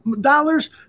dollars